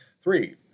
Three